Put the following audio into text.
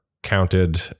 counted